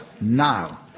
now